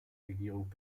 regierung